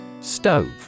Stove